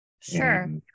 Sure